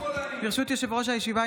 ברשות יושב-ראש הישיבה,